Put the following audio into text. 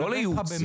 לא לייעוץ.